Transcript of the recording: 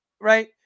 right